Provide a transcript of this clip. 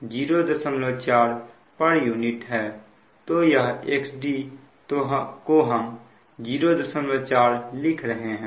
तो यह xd को हम 04 लिख रहे हैं